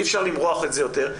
אי אפשר למרוח את זה יותר.